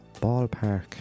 Ballpark